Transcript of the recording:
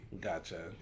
Gotcha